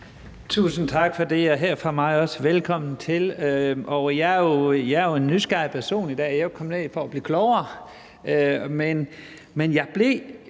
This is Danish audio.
Tusind tak for det, og her fra mig også et velkommen til. Jeg er en nysgerrig person i dag. Jeg er jo kommet herned for at blive klogere. Jeg ved